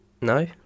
No